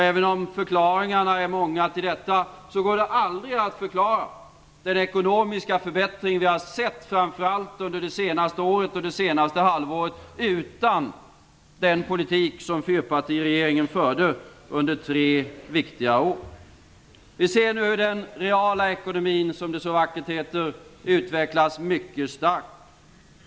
Även om förklaringarna är många till detta, går det aldrig att förklara den ekonomiska förbättring vi har sett, framför allt under det senaste året och det senaste halvåret, utan den politik som fyrpartiregeringen förde under tre viktiga år. Vi ser hur den reala ekonomin, som det så vackert heter, utvecklas mycket starkt.